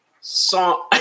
song